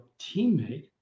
teammate